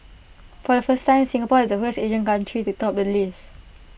for the first time Singapore is the first Asian country to top the list